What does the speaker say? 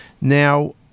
Now